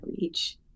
reach